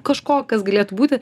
kažko kas galėtų būti